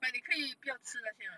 like 你可以不要吃那些 mah